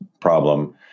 problem